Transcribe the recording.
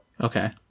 okay